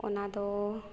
ᱚᱱᱟᱫᱚ